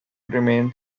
remain